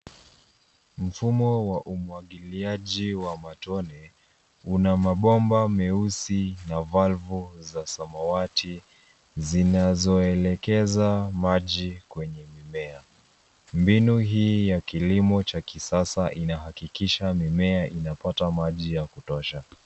Mfumo wa umwagiliaji wa matone una mabomba meusi na valvu za samawati zinazoelekeza maji kwenye mimea. Mbinu hii ya kilimo cha kisasa inahakikisha mimea inapata maji ya kutosha.